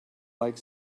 like